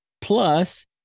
Plus